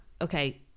okay